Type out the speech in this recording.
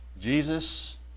Jesus